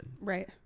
right